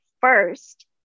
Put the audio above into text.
first